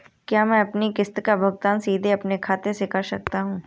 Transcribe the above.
क्या मैं अपनी किश्त का भुगतान सीधे अपने खाते से कर सकता हूँ?